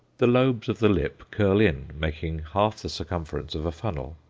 the lobes of the lip curl in, making half the circumference of a funnel,